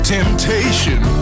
Temptation